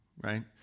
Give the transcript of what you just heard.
right